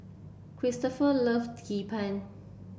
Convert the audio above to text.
Cristofer love Hee Pan